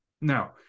Now